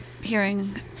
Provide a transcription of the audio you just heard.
hearing